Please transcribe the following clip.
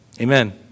Amen